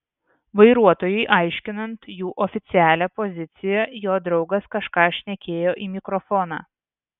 vairuotojui aiškinant jų oficialią poziciją jo draugas kažką šnekėjo į mikrofoną